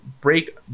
break